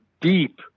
deep